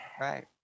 Right